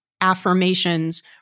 affirmations